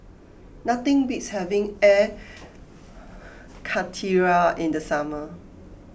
nothing beats having Air Karthira in the summer